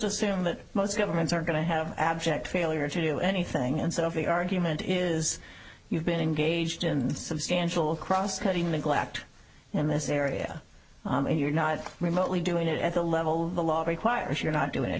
assume that most governments are going to have abject failure to do anything and so if the argument is you've been engaged in substantial cross cutting neglect in this area you're not remotely doing it at the level the law requires you're not doing it